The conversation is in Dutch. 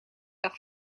lag